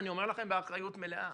אני אומר לכם באחריות מלאה